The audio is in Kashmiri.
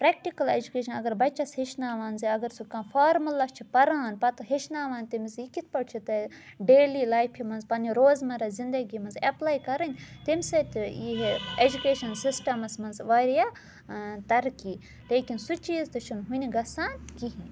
پرٛیٚکٹِکَل ایٚجوٗکیشَن اگر بَچَس ہیٚچھناوان زِ اگر سُہ کانٛہہ فارمُلا چھُ پَران پَتہٕ ہیٚچھناوان تٔمِس یہِ کِتھٕ پٲٹھۍ چھِ تۄہہِ ڈیلی لایفہِ منٛز پَنٕنہِ روزمَرہ زِنٛدَگی منٛز ایٚپلاے کَرٕنۍ تَمہِ سۭتۍ تہِ یِیہِ ہے ایٚجوٗکیشَن سِسٹَمَس مَنٛز واریاہ تَرقی لیکِن سُہ چیٖز تہِ چھُنہٕ وُنہِ گژھان کِہیٖنٛۍ